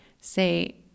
Say